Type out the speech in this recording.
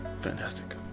Fantastic